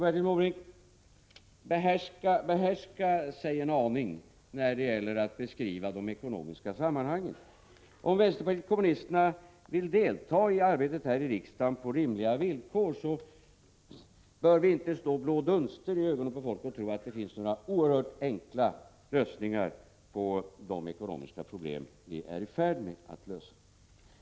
Bertil Måbrink bör behärska sig en aning när det gäller att beskriva de ekonomiska sammanhangen. Om vänsterpartiet kommunisterna vill delta i arbetet här i riksdagen på rimliga villkor, bör man inte slå blå dunster i ögonen på folk genom att säga att det finns oerhört enkla lösningar på de ekonomiska problem vi är i färd med att lösa.